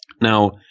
now